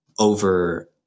over